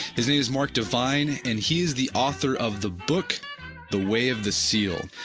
his name is mark divine and he is the author of the book the way of the seal.